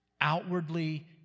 Outwardly